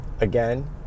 again